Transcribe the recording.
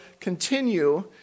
continue